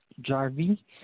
Jarvie